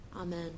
Amen